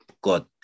God